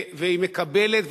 והיא מקבלת,